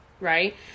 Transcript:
right